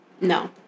No